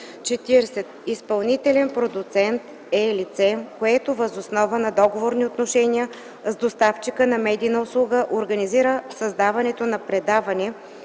40. „Изпълнителен продуцент” е лице, което въз основа на договорни отношения с доставчика на медийна услуга организира създаването на предаване